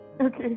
Okay